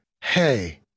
hey